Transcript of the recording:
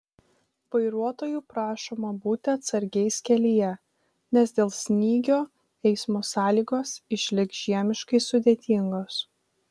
vairuotojų prašoma būti atsargiais kelyje nes dėl snygio eismo sąlygos išliks žiemiškai sudėtingos